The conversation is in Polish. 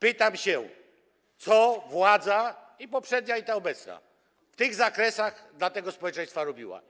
Pytam się: Co władza - i poprzednia, i ta obecna - w tych zakresach dla tego społeczeństwa robiła?